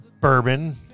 bourbon